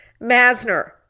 masner